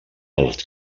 als